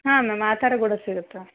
ಹಾಂ ಮ್ಯಾಮ್ ಆ ಥರ ಕೂಡ ಸಿಗುತ್ತೆ